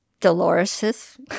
Dolores